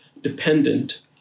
dependent